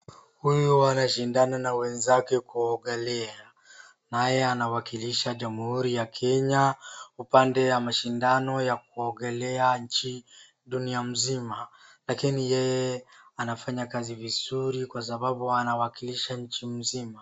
Huyu wanashindana na wenzake kuogelea naye anawakilisha jamhuri ya Kenya upande wa mashindano ya kuogelea nchi dunia mzima, lakini yeye anafanya kazi vizuri kwa sababu anawakilisha nchi mzima.